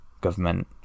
government